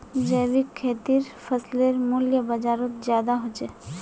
जैविक खेतीर फसलेर मूल्य बजारोत ज्यादा होचे